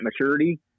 maturity